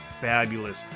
fabulous